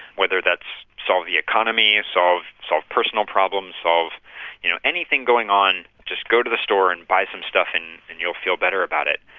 whether that's solve the economy, solve solve personal problems, solve you know anything going on, just go to the store and buy some stuff and and you'll feel better about it.